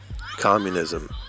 communism